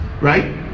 right